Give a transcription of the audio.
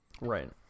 right